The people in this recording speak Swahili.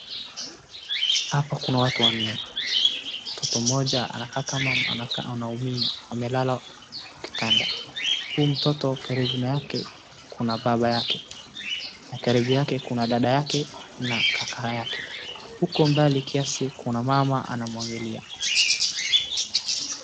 Hapa kuna watu wanne. Mtoto mmoja anakaa kama anakaa anaumia, amelala kwa kitanda. Huyu mtoto karibu na yake kuna baba yake. Na karibu yake kuna dada yake na kaka yake. Huko mbali kiasi kuna mama anamwangalia.